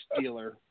dealer